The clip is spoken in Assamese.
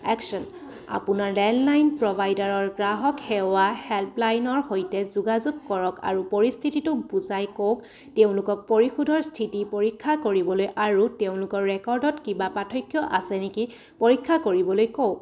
একচন আপোনাৰ লেণ্ডলাইন প্ৰভাইডাৰৰ গ্ৰাহক সেৱা হেল্পলাইনৰ সৈতে যোগাযোগ কৰক আৰু পৰিস্থিতিটোক বুজাই কওক তেওঁলোকক পৰিশোধৰ স্থিতি পৰীক্ষা কৰিবলৈ আৰু তেওঁলোকৰ ৰেকৰ্ডত কিবা পাৰ্থক্য আছে নেকি পৰীক্ষা কৰিবলৈ কওক